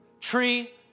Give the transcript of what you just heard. Tree